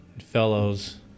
fellows